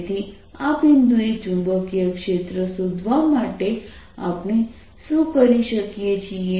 તેથી આ બિંદુએ ચુંબકીય ક્ષેત્ર શોધવા માટે આપણે શું કરી શકીએ છીએ